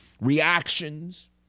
reactions